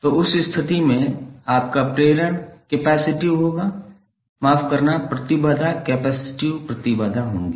तो उस स्थिति में आपका प्रेरण कैपेसिटिव होगा माफ़ करना प्रतिबाधा कैपेसिटिव प्रतिबाधा होगी